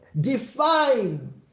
define